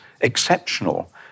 exceptional